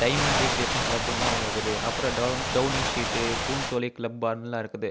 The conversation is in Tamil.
டைமர் ரீகிரியேஷன் கிளப்புன்லாம் ஒன்று இருக்குது அப்புறம் டவுன் டவுனி சீட்டு பூன்சோலிக் கிளப் பார்னெலாம் இருக்குது